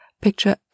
Picture